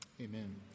amen